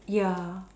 ya